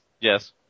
Yes